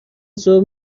ظهر